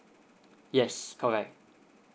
yes correct